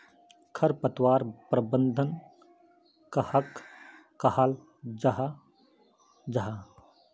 खरपतवार प्रबंधन कहाक कहाल जाहा जाहा?